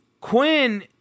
Quinn